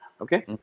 Okay